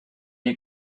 you